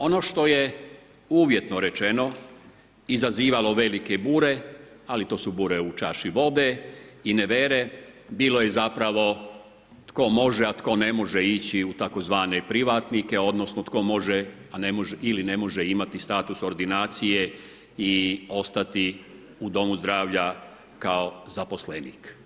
Ono što je uvjetno rečeno izazivalo velike bure, ali to su bure u čaši vode i nevere, bilo je zapravo tko može, a tko ne može ići u tzv. privatnike odnosno tko može ili ne može imati status ordinacije i ostati u domu zdravlja kao zaposlenik.